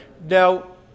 Now